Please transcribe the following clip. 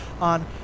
on